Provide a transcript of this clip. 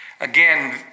Again